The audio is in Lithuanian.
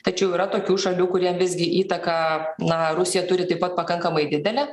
tačiau yra tokių šalių kuriom visgi įtaką na rusija turi taip pat pakankamai didelę